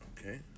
Okay